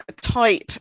type